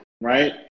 right